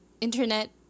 internet